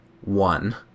one